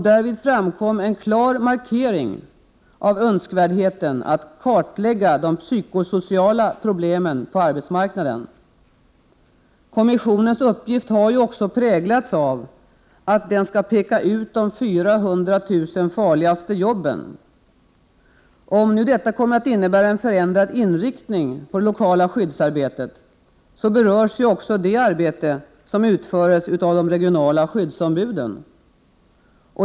Därvid framkom en klar markering av önskvärdheten att kartlägga de psykosociala problemen på arbetsmarknaden. Kommissionens uppgift har ju också präglats av att den skall peka ut de 400 000 farligaste jobben. Om nu detta kommer att innebära en förändrad inriktning på det lokala skyddsarbetet, berörs ju också det arbete som utförs av de regionala skyddsombuden.